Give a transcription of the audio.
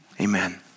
amen